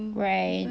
right